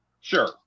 Sure